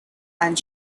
and